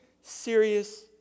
serious